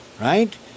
right